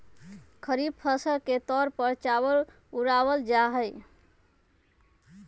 खरीफ फसल के तौर पर चावल उड़ावल जाहई